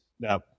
Now